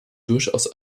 durchaus